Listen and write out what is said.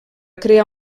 crear